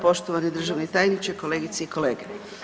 Poštovani državni tajniče, kolegice i kolege.